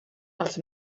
els